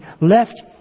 left